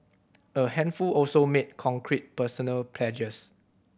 a handful also made concrete personal pledges